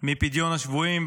מפדיון השבויים.